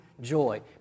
joy